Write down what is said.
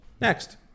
Next